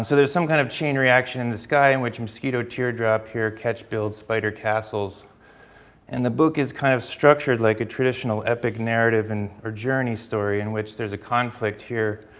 so there's some kind of chain reaction in the sky in which mosquito teardrop here catch build spider castles and the book is kind of structured like a traditional epic narrative and or journey story in which there's a conflict here.